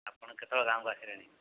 ଆପଣ କେତେବେଳେ ଗାଁକୁ ଆସିଲେଣି